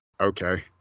Okay